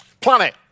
Planet